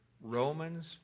Romans